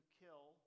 kill